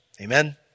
Amen